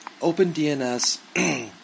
OpenDNS